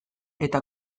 eta